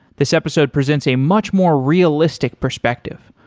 this episode presents a much more realistic perspective.